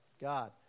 God